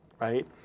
right